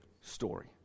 story